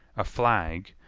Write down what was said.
a flag,